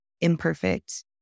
imperfect